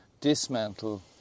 dismantle